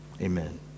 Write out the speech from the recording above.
amen